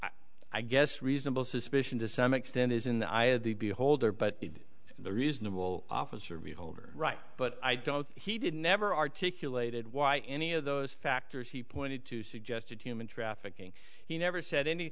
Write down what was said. think i guess reasonable suspicion to some extent is in the eye of the beholder but the reasonable officer beholder right but i don't he didn't never articulated why any of those factors he pointed to suggested human trafficking he never said any